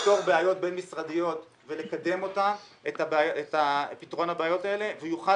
לפתור בעיות בין-משרדיות ולקדם את פתרון הבעיות האלה ויוכל